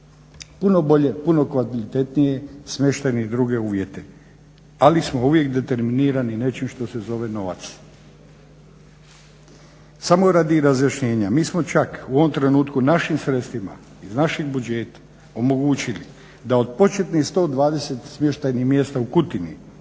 i ostalim puno kvalitetnije smještajne i druge uvjete, ali smo uvijek determinirani nečim što se zove novac. Samo radi razjašnjenja, mi smo čak u ovom trenutku našim sredstvima iz našeg budžeta omogućili da od početnih 120 smještajnih mjesta u Kutini,